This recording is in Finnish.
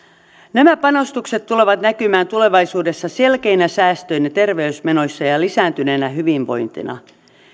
nämä panostukset tulevat näkymään tulevaisuudessa selkeinä säästöinä terveysmenoissa ja ja lisääntyneenä hyvinvointina